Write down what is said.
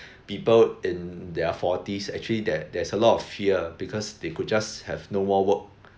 people in their forties actually there there's a lot of fear because they could just have no more work